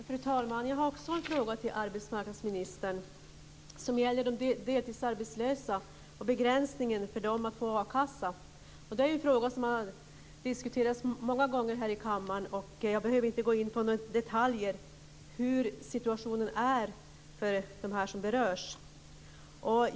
Fru talman! Jag har också en fråga till arbetsmarknadsministern, och den gäller de deltidsarbetslösa och begränsningen för dem att få a-kassa. Det är en fråga som har diskuterats många gånger här i kammaren, och jag behöver inte gå in på detaljer om hur situationen är för dem som berörs.